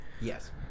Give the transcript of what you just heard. Yes